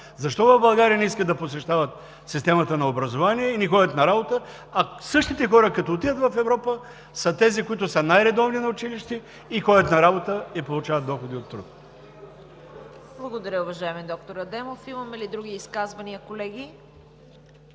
Защо в България не искат да посещават системата на образование и не ходят на работа, а същите хора, като отидат в Европа, са тези, които са най-редовни на училище и ходят на работа, като получават доходи от труд. ПРЕДСЕДАТЕЛ ЦВЕТА КАРАЯНЧЕВА: Благодаря, уважаеми доктор Адемов. Имаме ли други изказвания, колеги?